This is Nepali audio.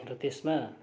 र त्यसमा